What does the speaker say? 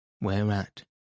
whereat